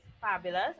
fabulous